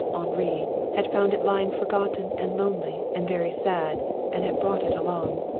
henri, had found it lying forgotten and lonely and very sad and had brought it along.